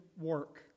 work